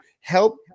help